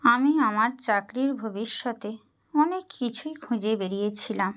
আমি আমার চাকরির ভবিষ্যতে অনেক কিছুই খুঁজে বেরিয়েছিলাম